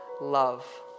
love